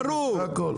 ברור.